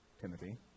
Timothy